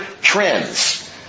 trends